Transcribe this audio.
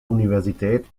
universität